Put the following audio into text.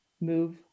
move